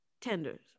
tenders